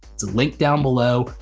it's a link down below,